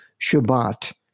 Shabbat